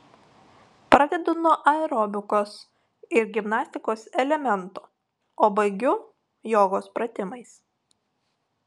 pradedu nuo aerobikos ir gimnastikos elementų o baigiu jogos pratimais